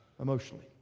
emotionally